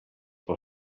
pel